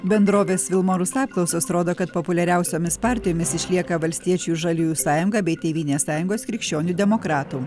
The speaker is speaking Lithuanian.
bendrovės vilmorus apklausos rodo kad populiariausiomis partijomis išlieka valstiečių ir žaliųjų sąjunga bei tėvynės sąjungos krikščionių demokratų